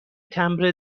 تمبر